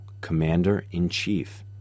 Commander-in-Chief